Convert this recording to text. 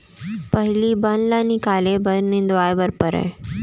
पहिली बन ल निकाले बर निंदवाए बर परय